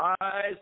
eyes